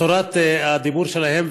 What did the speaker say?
צורת הדיבור שלהם,